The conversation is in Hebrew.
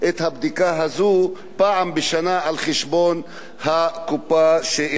פעם בשנה על חשבון הקופה שאליה הן שייכות.